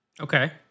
okay